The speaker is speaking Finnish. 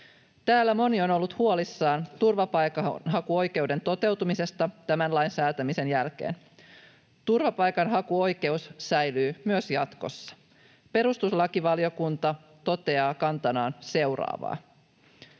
Täällä moni on ollut huolissaan turvapaikanhakuoikeuden toteutumisesta tämän lain säätämisen jälkeen. Turvapaikanhakuoikeus säilyy myös jatkossa. Perustuslakivaliokunta toteaa kantanaan seuraavaa: